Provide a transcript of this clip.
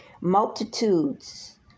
Multitudes